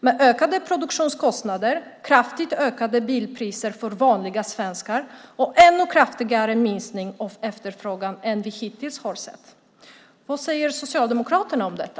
Det blir ökade produktionskostnader, kraftigt ökade bilpriser för vanliga svenskar och ännu kraftigare minskning av efterfrågan än vi hittills har sett. Vad säger Socialdemokraterna om detta?